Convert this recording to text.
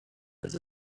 this